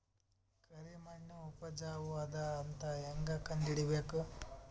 ಕರಿಮಣ್ಣು ಉಪಜಾವು ಅದ ಅಂತ ಹೇಂಗ ಕಂಡುಹಿಡಿಬೇಕು?